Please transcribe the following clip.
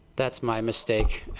that's my mistake.